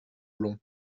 long